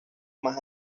más